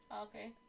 okay